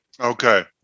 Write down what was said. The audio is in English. Okay